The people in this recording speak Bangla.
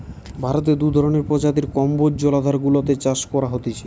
ভারতে দু ধরণের প্রজাতির কম্বোজ জলাধার গুলাতে চাষ করা হতিছে